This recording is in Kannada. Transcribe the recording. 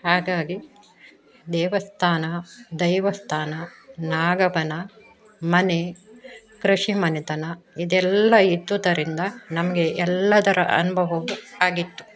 ಹಾಗಾಗಿ ದೇವಸ್ಥಾನ ದೇವಸ್ಥಾನ ನಾಗಬನ ಮನೆ ಕೃಷಿ ಮನೆತನ ಇದೆಲ್ಲ ಇದ್ದುದರಿಂದ ನಮಗೆ ಎಲ್ಲ ಥರ ಅನುಭವವೂ ಆಗಿತ್ತು